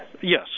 Yes